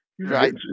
right